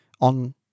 on